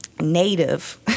Native